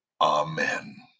Amen